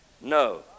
no